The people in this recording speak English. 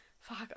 Fuck